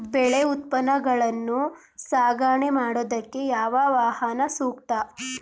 ಬೆಳೆ ಉತ್ಪನ್ನಗಳನ್ನು ಸಾಗಣೆ ಮಾಡೋದಕ್ಕೆ ಯಾವ ವಾಹನ ಸೂಕ್ತ?